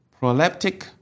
proleptic